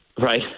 Right